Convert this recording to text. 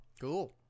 Cool